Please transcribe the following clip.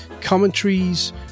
commentaries